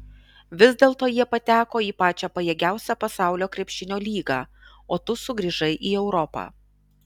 vis dėlto jie pateko į pačią pajėgiausią pasaulio krepšinio lygą o tu sugrįžai į europą